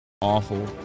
awful